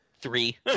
Three